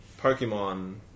Pokemon